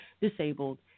disabled